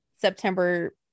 September